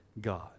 God